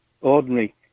ordinary